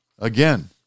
Again